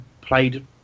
played